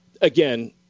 again